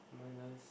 minus